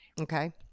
Okay